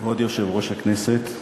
כבוד יושב-ראש הכנסת,